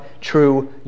true